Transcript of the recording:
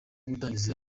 gutangiza